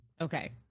Okay